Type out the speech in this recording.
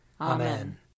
Amen